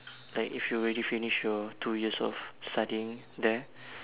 like if you already finish your two years of studying there